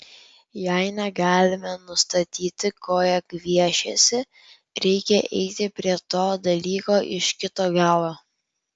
jei negalime nustatyti ko jie gviešiasi reikia eiti prie to dalyko iš kito galo